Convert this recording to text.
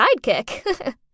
sidekick